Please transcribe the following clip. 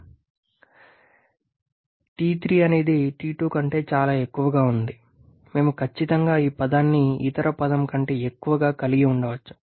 ఇది సమానంగా ఉంటుంది T3 అనేది T2 కంటే చాలా ఎక్కువగా ఉంది మేము ఖచ్చితంగా ఈ పదాన్ని ఇతర పదం కంటే ఎక్కువగా కలిగి ఉండవచ్చు